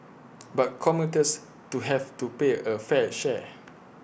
but commuters to have to pay A fair share